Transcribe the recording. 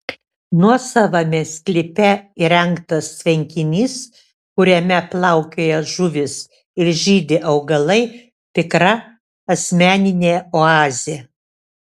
nuosavame sklype įrengtas tvenkinys kuriame plaukioja žuvys ir žydi augalai tikra asmeninė oazė